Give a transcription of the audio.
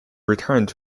returned